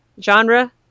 genre